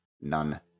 none